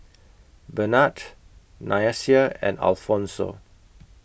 Bernhard Nyasia and Alphonso